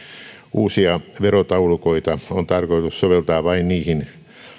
uusia verotaulukoita on tarkoitus soveltaa vain niihin